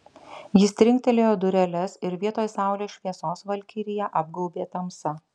jis trinktelėjo dureles ir vietoj saulės šviesos valkiriją apgaubė tamsa